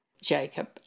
Jacob